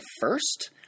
first